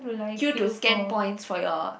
queue to scan points for your